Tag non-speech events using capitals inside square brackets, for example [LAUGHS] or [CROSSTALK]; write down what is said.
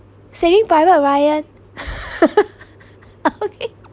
saving private ryan [LAUGHS] okay